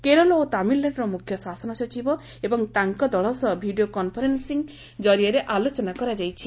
କେରଳ ଓ ତାମିଲନାଡୁର ମୁଖ୍ୟ ଶାସନ ସଚିବ ଏବଂ ତାଙ୍କ ଦଳ ସହ ଭିଡିଓ କନଫରେନ୍ସି କରିଆରେ ଆଲୋଚନା କରାଯାଇଛି